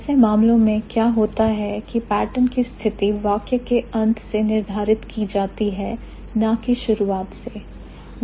ऐसे मामलों में क्या होता है की pattern की स्थिति वाक्य के अंत से निर्धारित की जाती है ना की शुरुआत से